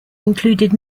included